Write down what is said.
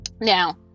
Now